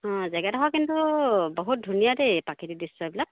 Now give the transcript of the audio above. অঁ জেগাডোখৰ কিন্তু বহুত ধুনীয়া দেই প্ৰাকৃতিক দৃশ্যবিলাক